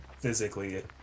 Physically